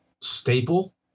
staple